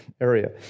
area